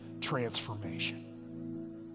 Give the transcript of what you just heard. transformation